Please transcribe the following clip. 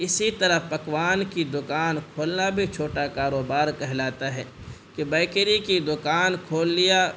اسی طرح پکوان کی دوکان کھولنا بھی چھوٹا کاروبار کہلاتا ہے کہ بیکری کی دوکان کھول لیا